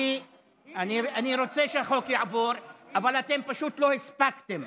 אני רוצה שהחוק יעבור, אבל אתם פשוט לא הספקתם.